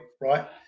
Right